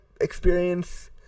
experience